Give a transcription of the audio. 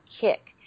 kick